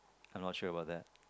I'm not sure about that